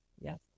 Yes